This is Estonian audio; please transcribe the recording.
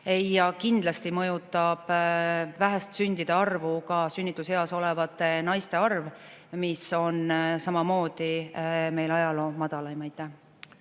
Ja kindlasti mõjutab vähest sündide arvu ka sünnituseas olevate naiste arv, mis on samamoodi meil ajaloo madalaim.